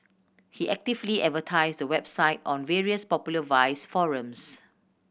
he actively advertised the website on various popular vice forums